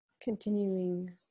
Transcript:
continuing